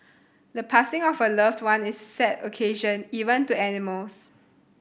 the passing of a loved one is a sad occasion even to animals